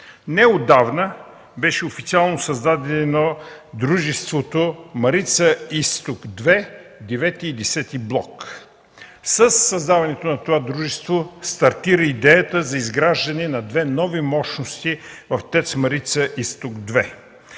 Неотдавна беше официално създадено дружеството „Марица Изток 2” – ІХ и Х блок. Със създаването на това дружество стартира идеята за изграждане на две нови мощности в ТЕЦ „Марица Изток 2”.